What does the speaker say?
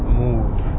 move